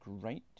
great